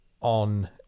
on